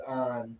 on